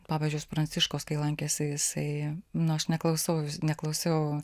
popiežius pranciškus kai lankėsi jisai nu aš neklausau neklausiau